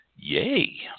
Yay